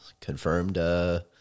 confirmed